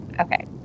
okay